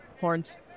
Horns